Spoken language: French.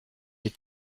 ait